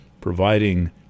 providing